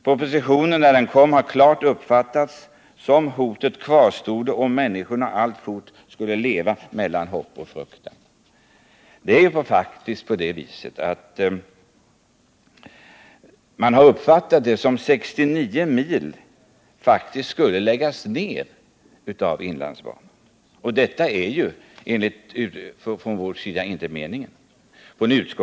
Propositionen, när den kom, har klart uppfattats som att hotet kvarstode och att människorna alltfort skulle leva mellan hopp och fruktan. Man har uppfattat saken så att 69 mil faktiskt skulle läggas ner av inlandsbanan.